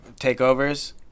takeovers